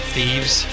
Thieves